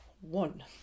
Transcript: one